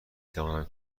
توانم